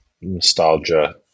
nostalgia